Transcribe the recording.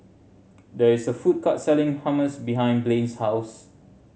there is a food court selling Hummus behind Blain's house